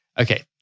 Okay